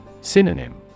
Synonym